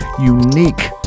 unique